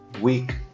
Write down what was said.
week